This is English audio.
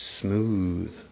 smooth